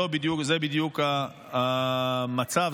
זה בדיוק המצב,